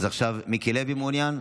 אז עכשיו מיקי לוי, מעוניין?